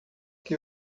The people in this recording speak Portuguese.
que